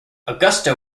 augusta